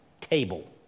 table